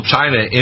China